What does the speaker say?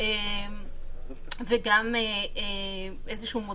גם להפסיק את השידור,